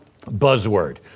buzzword